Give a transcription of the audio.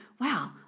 wow